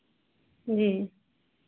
जी